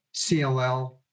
CLL